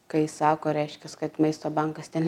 kai sako reiškias kad maisto bankas ten